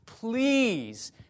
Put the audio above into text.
Please